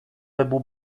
webu